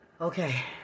Okay